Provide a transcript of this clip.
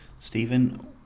Stephen